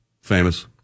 famous